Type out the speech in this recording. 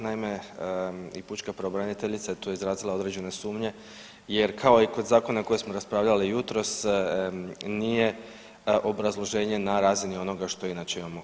Naime, i pučka pravobraniteljica je tu izrazila određene sumnje jer kao i kod zakona koje smo raspravljali jutros nije obrazloženje na razini onoga što inače imamo u HS.